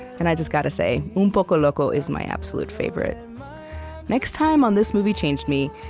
and i just gotta say, un poco loco is my absolute favorite next time on this movie changed me,